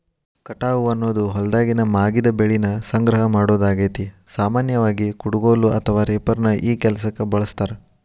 ಕಟಾವು ಅನ್ನೋದು ಹೊಲ್ದಾಗಿನ ಮಾಗಿದ ಬೆಳಿನ ಸಂಗ್ರಹ ಮಾಡೋದಾಗೇತಿ, ಸಾಮಾನ್ಯವಾಗಿ, ಕುಡಗೋಲು ಅಥವಾ ರೇಪರ್ ನ ಈ ಕೆಲ್ಸಕ್ಕ ಬಳಸ್ತಾರ